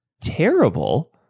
terrible